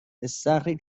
استخری